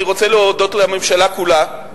אני רוצה להודות לממשלה כולה,